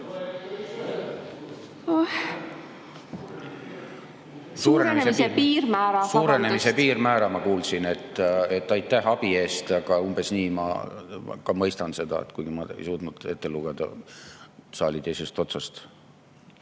Suurenemise piirmäära, ma kuulsin. Aitäh abi eest, aga umbes nii ma ka mõistan seda, kuigi ma ei suutnud seda [teksti] ette lugeda saali teisest otsast.